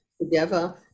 together